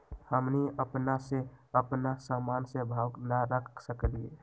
हमनी अपना से अपना सामन के भाव न रख सकींले?